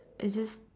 it is